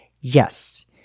Yes